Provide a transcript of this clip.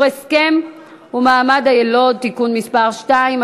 הסכם ומעמד היילוד) (תיקון מס' 2),